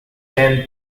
then